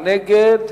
מי נגד?